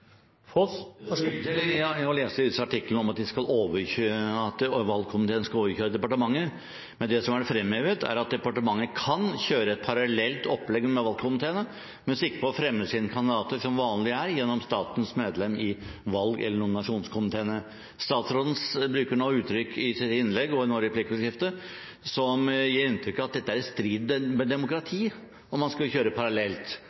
å lese i disse artiklene om at valgkomiteen skal overkjøres av departementet. Men det som har vært fremhevet, er at departementet kan kjøre et parallelt opplegg med valgkomiteene med sikte på å fremme sine kandidater, som vanlig er, gjennom statens medlem i valg- eller nominasjonskomiteene. Statsråden bruker uttrykk i sitt innlegg og nå i replikkordskiftet som gir inntrykk av at det er i strid med demokratiet om man skulle kjøre parallelt